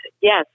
Yes